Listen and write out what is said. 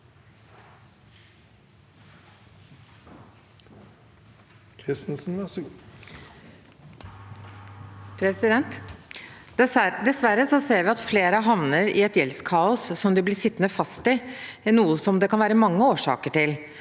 Dessverre ser vi at flere havner i et gjeldskaos som de blir sittende fast i, noe det kan være mange årsaker til.